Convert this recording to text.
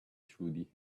through